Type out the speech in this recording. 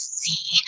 see